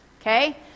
Okay